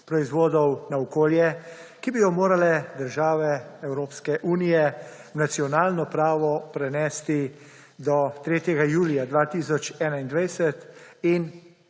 proizvodov na okolje, ki bi jo morale države Evropske unije v nacionalno pravo prenesti do 3. julija 2021, in